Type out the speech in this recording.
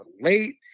late